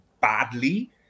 badly